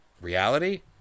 reality